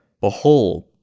Behold